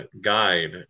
guide